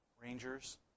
Rangers